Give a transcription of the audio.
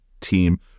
team